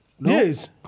Yes